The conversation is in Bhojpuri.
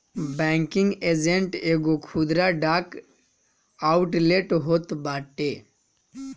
बैंकिंग एजेंट एगो खुदरा डाक आउटलेट होत बाटे